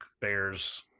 bears